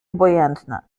obojętne